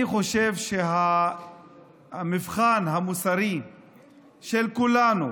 אני חושב שהמבחן המוסרי של כולנו